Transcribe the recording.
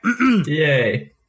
Yay